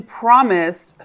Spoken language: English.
promised